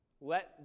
let